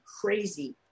crazy